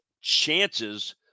chances